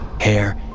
Hair